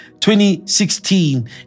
2016